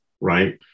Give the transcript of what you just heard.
Right